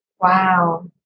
Wow